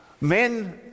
men—